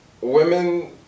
women